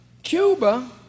Cuba